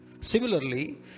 Similarly